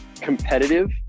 competitive